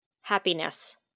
happiness